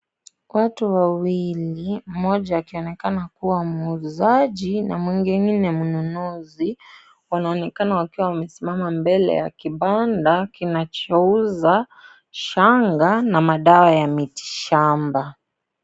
Watu wawili mmoja akionekana kuwa muuzaji na mwingine ni mnunuzi wanaonekana wakiwa wamesimama mbele ya kibanda kinachouza shanga na madawa ya mitishamba.